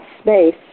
space